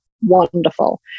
wonderful